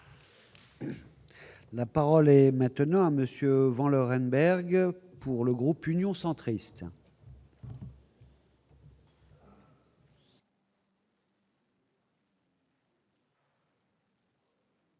La parole est maintenant à monsieur Van Renberg pour le groupe Union centriste.